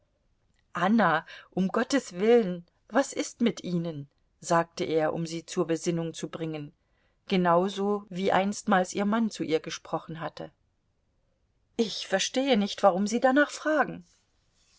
anna um gottes willen was ist mit ihnen sagte er um sie zur besinnung zu bringen genauso wie einstmals ihr mann zu ihr gesprochen hatte ich verstehe nicht warum sie danach fragen